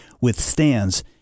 withstands